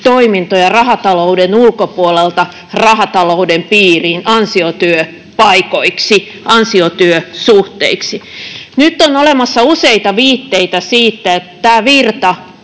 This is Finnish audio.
toimintoja rahatalouden ulkopuolelta rahatalouden piiriin ansiotyöpaikoiksi, ansiotyösuhteiksi. Nyt on olemassa useita viitteitä siitä, että tämä virta,